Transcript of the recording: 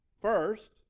First